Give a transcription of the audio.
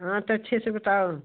हाँ तो अच्छे से बताओ